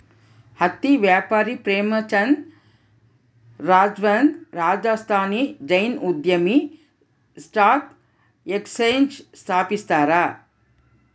ಹತ್ತಿ ವ್ಯಾಪಾರಿ ಪ್ರೇಮಚಂದ್ ರಾಯ್ಚಂದ್ ರಾಜಸ್ಥಾನಿ ಜೈನ್ ಉದ್ಯಮಿ ಸ್ಟಾಕ್ ಎಕ್ಸ್ಚೇಂಜ್ ಸ್ಥಾಪಿಸ್ಯಾರ